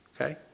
okay